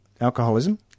alcoholism